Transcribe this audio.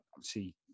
see